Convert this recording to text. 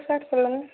sir சொல்லுங்கள்